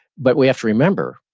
but we have to remember,